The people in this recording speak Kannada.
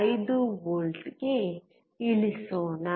5 ವಿ ಗೆ ಇಳಿಸೋಣ